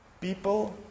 People